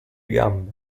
gambe